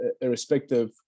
irrespective